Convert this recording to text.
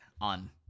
on